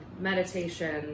meditation